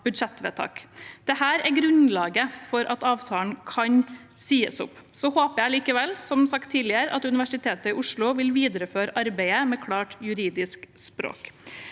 Dette er grunnlaget for at avtalen kan sies opp. Jeg håper likevel, som sagt tidligere, at Universitetet i Oslo vil videreføre arbeidet med klart juridisk språk.